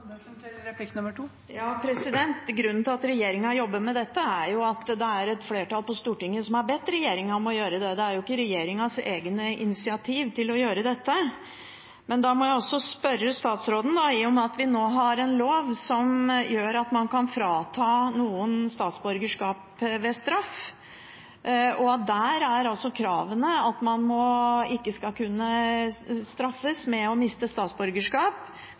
Grunnen til at regjeringen jobber med dette, er at det er et flertall på Stortinget som har bedt regjeringen om å gjøre det, det er jo ikke regjeringens eget initiativ å gjøre dette. Men i og med at vi nå har en lov som gjør at man kan frata noen statsborgerskapet ved straff, og der er altså kravene at man ikke skal kunne straffes med å miste statsborgerskap